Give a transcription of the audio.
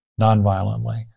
nonviolently